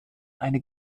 eine